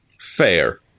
Fair